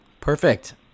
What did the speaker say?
Perfect